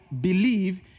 believe